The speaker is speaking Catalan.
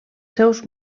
seus